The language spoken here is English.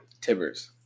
Tibbers